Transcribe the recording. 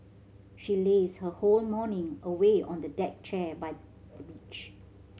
she lazed her whole morning away on the deck chair by the beach